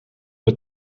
het